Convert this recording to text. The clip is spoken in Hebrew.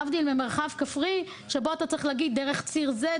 להבדיל ממרחב כפרי שבו אתה צריך להגיד: דרך ציר זה,